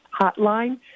Hotline